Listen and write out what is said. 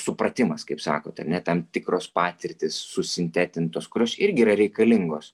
supratimas kaip sakot ar ne tam tikros patirtys susintetintos kurios irgi yra reikalingos